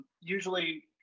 usually